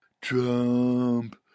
Trump